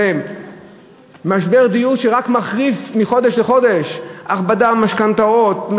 משבר הדיור רק מחריף מחודש לחודש: הכבדה במשכנתאות,